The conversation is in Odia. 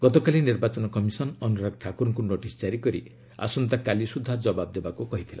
ଗତକାଲି ନିର୍ବାଚନ କମିଶନ୍ ଅନୁରାଗ ଠାକୁରଙ୍କୁ ନୋଟିସ୍ କାରି କରି ଆସନ୍ତାକାଲି ସୁଦ୍ଧା ଜବାବ୍ ଦେବାକୁ କହିଥିଲା